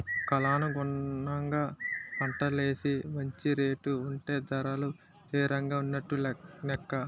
కాలానుగుణంగా పంటలేసి మంచి రేటు ఉంటే ధరలు తిరంగా ఉన్నట్టు నెక్క